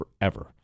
forever